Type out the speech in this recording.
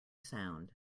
sound